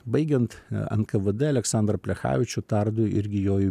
baigiant nkvd aleksandrą plechavičių tardu irgi jo jau